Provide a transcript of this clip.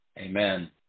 Amen